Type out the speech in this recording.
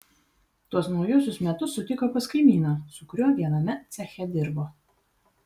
tuos naujuosius metus sutiko pas kaimyną su kuriuo viename ceche dirbo